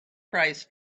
price